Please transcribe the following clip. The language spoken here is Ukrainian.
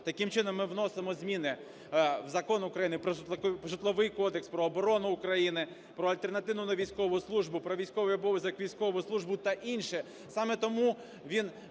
Таким чином, ми вносимо зміни в Закону України про житловий... в Житловий кодекс, "Про оборону України", "Про альтернативну (невійськову) службу", "Про військовий обов'язок і військову службу" та інше.